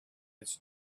its